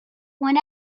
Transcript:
when